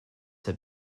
have